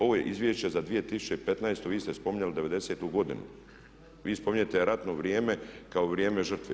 Ovo je izvješće za 2015., vi ste spominjali '90.-tu godinu, vi spominjete ratno vrijeme kao vrijeme žrtve.